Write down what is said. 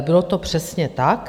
Bylo to přesně tak.